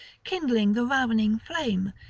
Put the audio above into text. kindling the ravening flame,